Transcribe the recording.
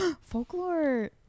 folklore